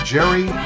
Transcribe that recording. Jerry